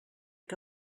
que